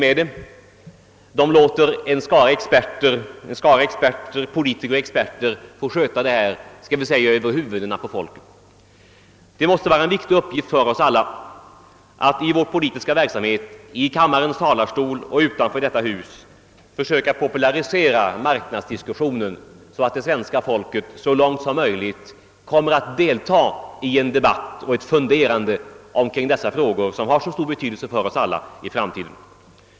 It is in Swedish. Man låter en skara politiker och experter lösa problemen över huvudena på folk. Det måste vara en viktig uppgift för oss alla att i vår politiska verk samhet i kammarens talarstol och utanför detta hus försöka popularisera marknadsdiskussionen så att det svenska folket så långt som möjligt kommer att delta i en debatt och ett funderande omkring dessa frågor, som i framtiden har så stor betydelse för oss alla.